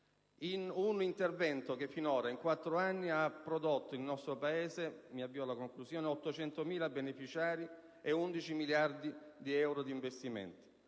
un intervento che finora, in quattro anni, ha registrato nel nostro Paese 800.000 beneficiari e 11 miliardi di euro di investimenti;